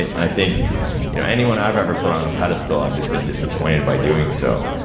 i think you know anyone i've ever put on a pedestal, i've just been disappointed by doing so,